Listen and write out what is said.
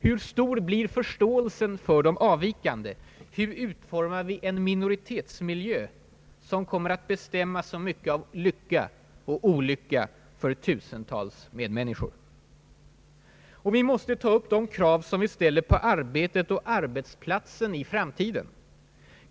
Hur stor blir förståelsen för de avvikande, hur utformar vi den minoritetsmiljö som kommer att bestämma så mycket av lycka och olycka för tusentals medmänniskor? Och vi måste ta upp de krav som vi ställer på arbetet och arbetsplatsen i framtiden.